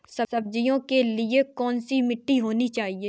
सब्जियों के लिए कैसी मिट्टी होनी चाहिए?